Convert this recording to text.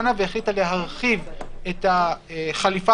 לנו, לפחות,